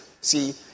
See